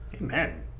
Amen